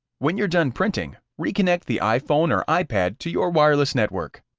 when you're done printing, reconnect the iphone or ipad to your wireless network.